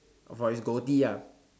of or it's goatee ya